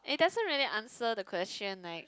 and it doesn't really answer the question right